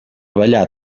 ballar